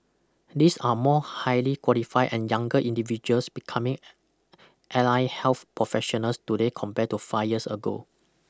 these are more highly qualified and younger individuals becoming ally health professionals today compare to five years ago